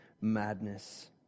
madness